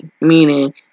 meaning